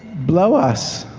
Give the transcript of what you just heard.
blow us.